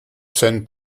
saint